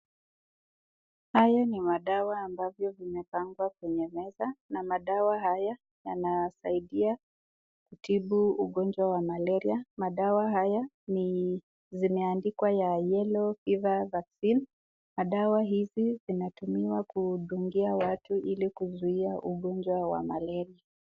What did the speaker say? Haya ni madawa ambavyo vimepangwa kwenye meza, na madawa haya yanasaidia kutibu ugonjwa wa Malaria. Madawa haya zimeandikwa Ya yellow fever vaccine na dawa hizi zinatumiwa kudungia watu ili kuzuiya ugonjwa wa Malaria.